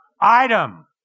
Item